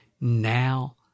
now